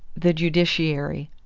the judiciary.